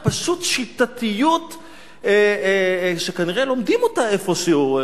פשוט שיטתיות שכנראה לומדים אותה איפשהו.